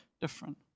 different